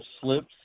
slips